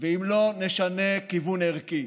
ואם לא נשנה כיוון ערכי.